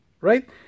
right